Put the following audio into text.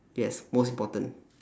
yes most important